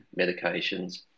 medications